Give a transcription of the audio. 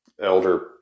elder